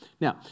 Now